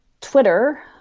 Twitter